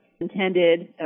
intended